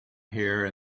here